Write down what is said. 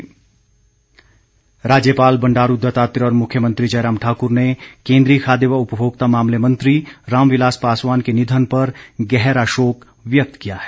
शोक राज्यपाल बंडारू दत्तात्रेय और मुख्यमंत्री जयराम ठाकुर ने केंद्रीय खाद्य व उपभोक्ता मामले मंत्री रामविलास पासवान के निधन पर गहरा शोक व्यक्त किया है